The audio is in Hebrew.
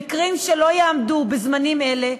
במקרים שלא יעמדו בזמנים אלה,